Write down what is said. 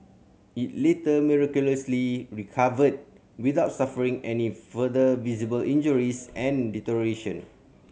it later miraculously recovered without suffering any further visible injuries and deterioration